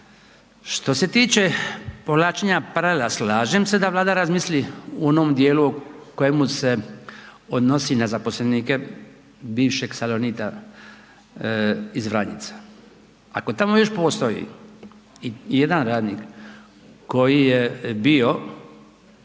Što se tiče povlačenja paralela, slažem se da Vlada razmisli u onom dijelu u kojemu se odnosi na zaposlenike bivšeg Salonita iz Vranjica. Ako tamo još postoji i jedan radnik koji je bio